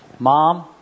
Mom